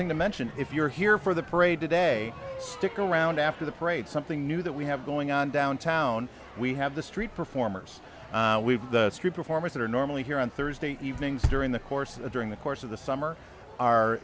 thing to mention if you're here for the parade today stick around after the parade something new that we have going on downtown we have the street performers we've the street performers that are normally here on thursday evenings during the course during the course of the summer